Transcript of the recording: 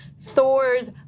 Thor's